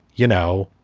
you know,